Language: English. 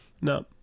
No